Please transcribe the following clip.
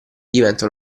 diventa